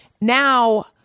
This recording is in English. now